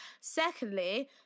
Secondly